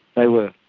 they were,